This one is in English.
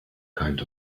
kind